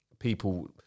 people